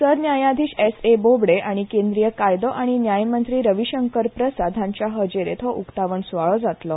सरन्यायाधीश S A Bobde आनी केंद्रीय कायदो आनी न्याय मंत्री रविशंकर प्रसाद हाँचे हजेरेंत हो उक्तावण स्वाळो जातलो